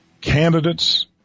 candidates